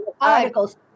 articles